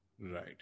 Right